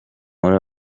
muri